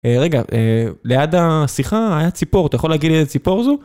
רגע, ליד השיחה היה ציפור, אתה יכול להגיד לי איזה ציפור זו?